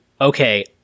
okay